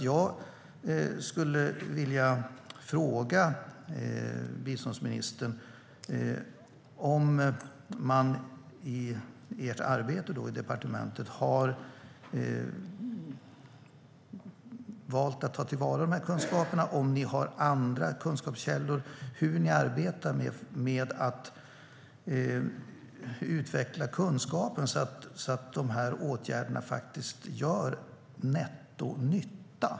Jag skulle därför vilja fråga biståndsministern om ni i ert arbete i departementet har valt att ta till vara kunskaperna, om ni har andra kunskapskällor och hur ni arbetar med att utveckla kunskapen så att åtgärderna faktiskt gör nettonytta.